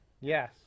Yes